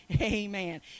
Amen